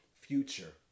future